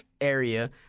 area—